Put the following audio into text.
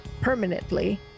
permanently